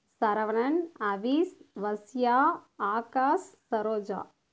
சரவணன் அவீஸ் வஸ்யா ஆகாஸ் சரோஜா